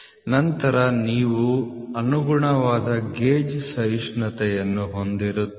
ನಂತರ ನೀವು ಅನುಗುಣವಾದ ಗೇಜ್ ಸಹಿಷ್ಣುತೆಯನ್ನು ಹೊಂದಿರುತ್ತೀರಿ